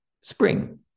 spring